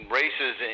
races